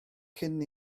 cyn